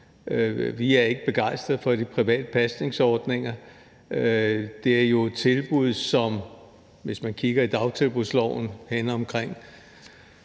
Vi er ikke begejstrede for de private pasningsordninger. Det er jo et tilbud, og man kan, hvis man kigger i dagtilbudsloven henne omkring